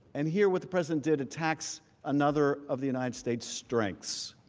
and hear what the president did attacks another of the united states strengths.